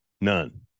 None